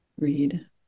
read